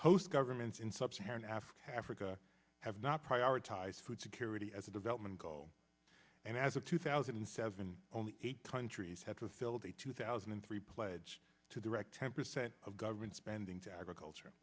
host governments in sub saharan africa africa have not prioritized food security as a development goal and as of two thousand and seven only eight countries had to filled a two thousand and three pledge to direct ten percent of government spending to agriculture